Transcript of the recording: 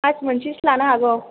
मास मोनसेसो लानो हागौ